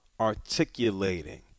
articulating